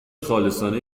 خالصانه